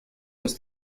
ist